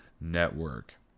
Network